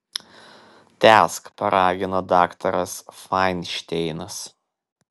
tęsk paragino daktaras fainšteinas